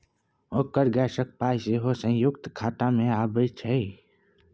ओकर गैसक पाय सेहो संयुक्ते खातामे अबैत छै